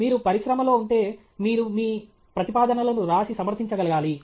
మీరు పరిశ్రమలో ఉంటే మీరు మీ ప్రతిపాదనలను వ్రాసి సమర్థించగలగాలి